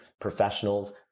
professionals